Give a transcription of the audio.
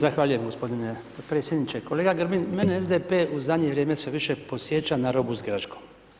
Zahvaljujem gospodine predsjedniče, kolega Grbin mene SDP u zadnje vrijeme sve više podsjeća na robu s greškom.